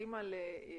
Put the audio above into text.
שמחליטים על אימוץ